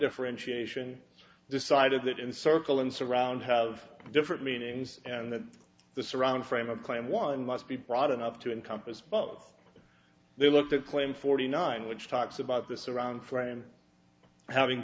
differentiation decided that in circle and surround have different meanings and the surrounding frame of claim one must be broad enough to encompass both they looked at claim forty nine which talks about the surround frame having